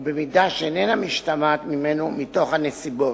ובמידה שאיננה משתמעת ממנו, מתוך הנסיבות,